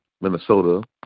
Minnesota